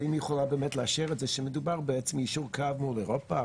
האם אפשר לאשר שמדובר ביישור קו מול אירופה,